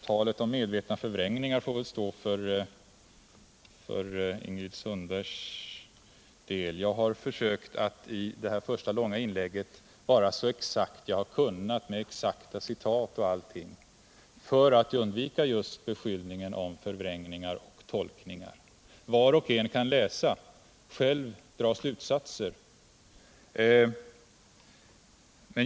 Talet om medvetna förvrängningar får väl stå för Ingrid Sundbergs räkning. Jag försökte i mitt första långa inlägg vara så exakt jag kunde med exakta citat just för att undvika beskyllningar för förvrängningar och tolkningar. Var och en kan läsa och själv dra slutsatser.